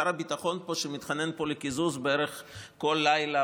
שר הביטחון פה שמתחנן פה לקיזוז בערך כל לילה